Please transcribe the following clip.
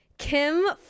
kim